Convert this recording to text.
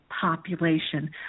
population